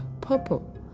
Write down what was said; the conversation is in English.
purple